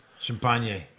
Champagne